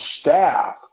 staff